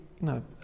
No